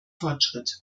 fortschritt